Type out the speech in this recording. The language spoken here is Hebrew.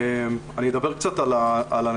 אני אדבר קצת על הנתונים,